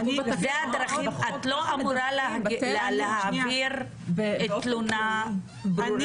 את לא אמורה להעביר תלונה ברורה?